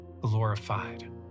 glorified